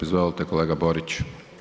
Izvolite kolega Borić.